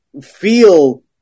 feel